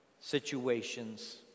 situations